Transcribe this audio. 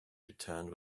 returned